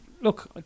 look